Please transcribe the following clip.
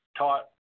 taught